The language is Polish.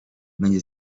będzie